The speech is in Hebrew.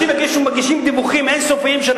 מגישים דיווחים אין-סופיים מיותרים של